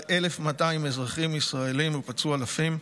1,200 אזרחים ישראלים ופצעו אלפים.